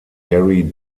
gary